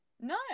No